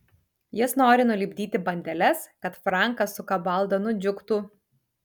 jis nori nulipdyti bandeles kad frankas su kabalda nudžiugtų